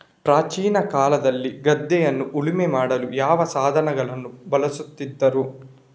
ಪ್ರಾಚೀನ ಕಾಲದಲ್ಲಿ ಗದ್ದೆಯನ್ನು ಉಳುಮೆ ಮಾಡಲು ಯಾವ ಸಾಧನಗಳನ್ನು ಬಳಸುತ್ತಿದ್ದರು?